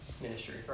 ministry